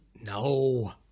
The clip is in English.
No